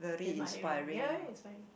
he's my hero you get what I mean it's fine